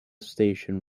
station